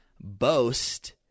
boast